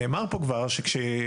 נאמר פה כבר שכשיוצאים,